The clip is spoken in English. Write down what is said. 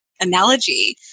analogy